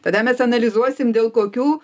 tada mes analizuosim dėl kokių